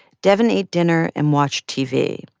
devyn ate dinner and watched tv.